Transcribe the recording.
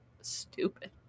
stupid